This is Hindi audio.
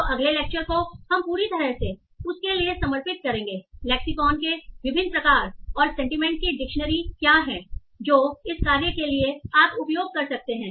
तो अगले लेक्चर को हम पूरी तरह से उस के लिए समर्पित करेंगे लेक्सीकोन के विभिन्न प्रकार और सेंटीमेंट की डिक्शनरी क्या हैं जो इस कार्य के लिए आप उपयोग कर सकते हैं